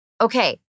Okay